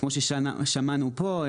כמו ששמענו פה,